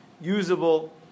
usable